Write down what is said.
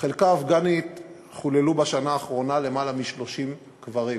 בחלקה האפגנית חוללו בשנה האחרונה למעלה מ-30 קברים,